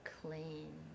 clean